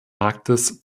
marktes